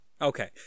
Okay